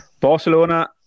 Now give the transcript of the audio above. Barcelona